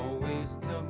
waste.